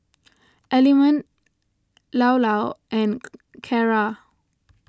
Element Llao Llao and Kara